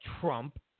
trump